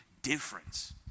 difference